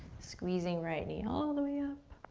squeezing right knee all the way up,